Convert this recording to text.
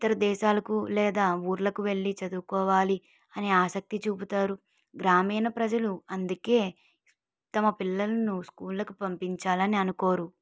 ఇతర దేశాలకు లేదా ఊళ్ళకు వెళ్ళి చదువుకోవాలి అని ఆసక్తి చూపుతారు గ్రామీణ ప్రజలు అందుకు తమ పిల్లలను స్కూళ్ళకు పంపించాలని అనుకోరు